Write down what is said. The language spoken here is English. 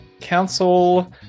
council